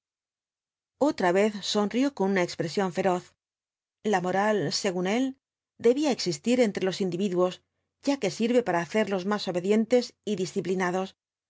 otra vez sonrió con una expresión feroz la moral según él debía existir entre los individuos ya que sirvepara hacerlos más obedientes y disciplinados